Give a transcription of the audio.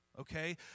okay